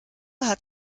hat